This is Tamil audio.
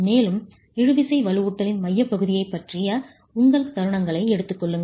மேலும் இழுவிசை வலுவூட்டலின் மையப்பகுதியைப் பற்றிய உங்கள் தருணங்களை எடுத்துக் கொள்ளுங்கள்